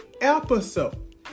episode